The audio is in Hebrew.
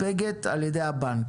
שנספגת על-ידי הבנק.